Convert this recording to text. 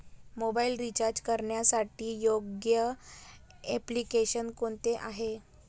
Mobile recharge करण्यासाठी योग्य application कोणते आहे?